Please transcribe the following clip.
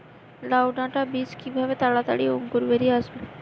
লাউ ডাটা বীজ কিভাবে তাড়াতাড়ি অঙ্কুর বেরিয়ে আসবে?